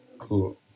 Cool